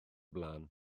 blaen